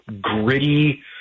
gritty